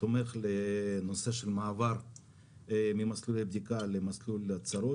תומך בנושא של המעבר ממסלולי בדיקה למסלול הצהרות,